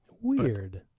Weird